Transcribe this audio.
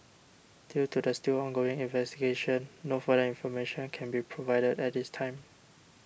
due to the still ongoing investigation no further information can be provided at this time